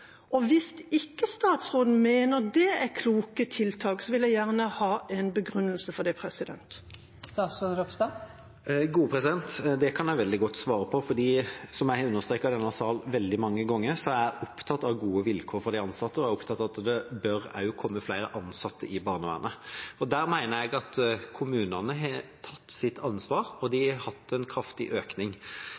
Hvis statsråden ikke mener det er kloke tiltak, vil jeg gjerne ha en begrunnelse for det. Det kan jeg veldig godt svare på. Som jeg har understreket i denne sal veldig mange ganger, er jeg opptatt av gode vilkår for de ansatte, og jeg er også opptatt av at det bør komme flere ansatte i barnevernet. Der mener jeg at kommunene har tatt sitt ansvar, og de har hatt en kraftig økning.